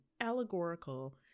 allegorical